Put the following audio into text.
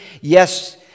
Yes